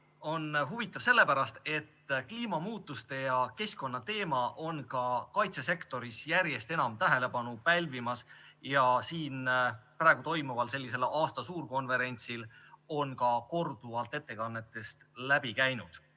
on huvitav sellepärast, et kliimamuutuste ja keskkonnateema on ka kaitsesektoris järjest enam tähelepanu pälvimas. Siin praegu toimuval aasta suurkonverentsil on see ka korduvalt ettekannetest läbi käinud.